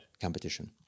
competition